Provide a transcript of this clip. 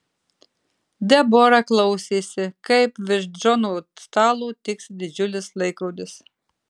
debora klausėsi kaip virš džono stalo tiksi didžiulis laikrodis